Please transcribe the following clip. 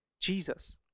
Jesus